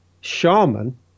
shaman